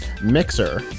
Mixer